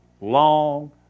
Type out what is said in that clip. long